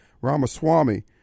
Ramaswamy